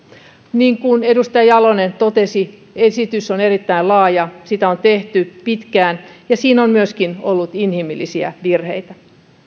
niin kuin edustaja jalonen totesi esitys on erittäin laaja sitä on tehty pitkään ja siinä on myöskin ollut inhimillisiä virheitä